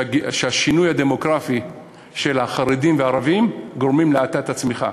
שהשינוי הדמוגרפי של החרדים והערבים גורם להאטת הצמיחה.